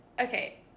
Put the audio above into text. okay